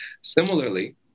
similarly